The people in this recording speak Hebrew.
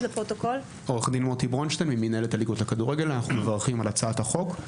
אנחנו מברכים על הצעת החוק.